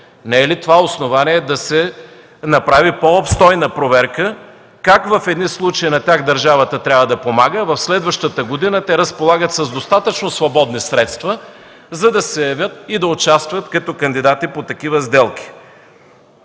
Не е ли това основание да се направи по-обстойна проверка как в едни случаи държавата трябва да помага на тях, а в следващата година те разполагат с достатъчно свободни средства, за да се явят и да участват като кандидати по такива сделки?